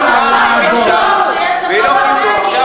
טוב שיש את הדוח הזה כי לפני זה,